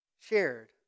shared